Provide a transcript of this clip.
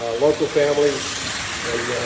ah local families and